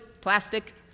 plastic